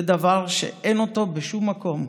זה דבר שאין בשום מקום.